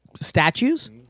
statues